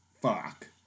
Fuck